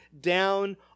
down